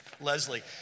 Leslie